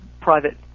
private